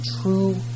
true